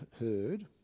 heard